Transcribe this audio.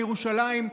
לירושלים,